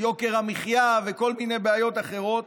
את יוקר המחיה וכל מיני בעיות אחרות.